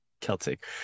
Celtic